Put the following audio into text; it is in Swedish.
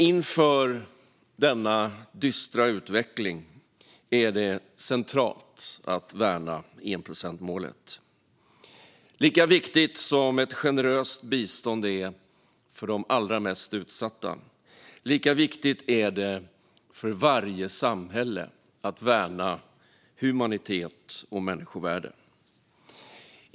Inför denna dystra utveckling är det centralt att värna enprocentsmålet. Lika viktigt som ett generöst bistånd är för de allra mest utsatta - lika viktigt är det för varje samhälle att värna humanitet och människovärde.